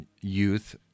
youth